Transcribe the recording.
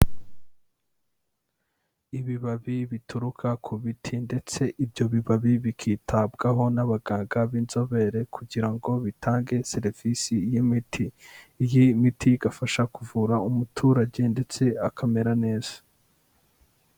Ibibabi bituruka ku biti ndetse ibyo bibabi bikitabwaho n'abaganga b'inzobere, kugira ngo bitange serivisi y'imiti. Iyi miti igafasha kuvura umuturage ndetse akamera neza.